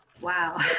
Wow